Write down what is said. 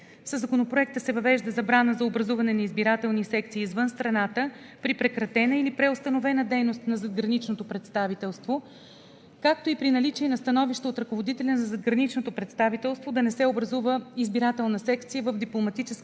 Със Законопроекта се въвежда забрана за образуване на избирателни секции извън страната при прекратена или преустановена дейност на задграничното представителство, както и при наличие на становище от ръководителя на задграничното представителство да не се образува избирателна секция в дипломатическото